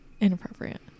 Inappropriate